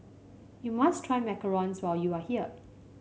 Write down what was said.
you must try macarons when you are here